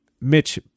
mitch